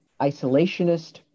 isolationist